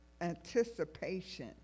anticipation